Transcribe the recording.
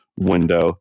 window